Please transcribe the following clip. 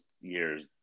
years